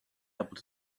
able